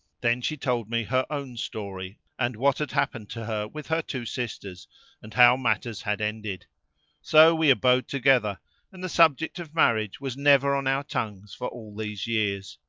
then she told me her own story, and what had happened to her with her two sisters and how matters had ended so we abode together and the subject of marriage was never on our tongues for all these years.